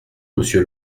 monsieur